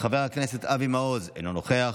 חבר הכנסת איימן עודה, אינו נוכח,